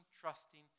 trusting